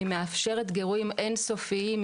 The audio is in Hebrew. היא מאפשרת גירויים אין סופיים,